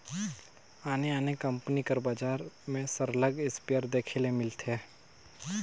आने आने कंपनी कर बजार में सरलग इस्पेयर देखे ले मिलथे